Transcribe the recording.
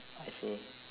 I see